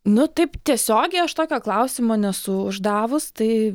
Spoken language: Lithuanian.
nu taip tiesiogiai aš tokio klausimo nesu uždavus tai